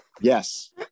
Yes